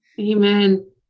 Amen